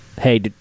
Hey